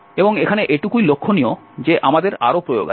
এবং এখানে এটুকুই লক্ষ্যণীয় যে আমাদের আরো প্রয়োগ আছে